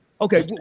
Okay